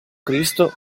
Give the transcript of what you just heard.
cristo